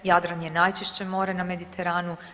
Jadran je najčišće more na Mediteranu.